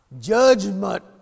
Judgment